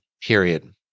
period